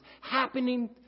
happening